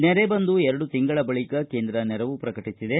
ನೆರೆ ಬಂದು ಎರಡು ತಿಂಗಳ ಬಳಕ ಕೇಂದ್ರ ನೆರವು ಪ್ರಕಟಿಸಿದೆ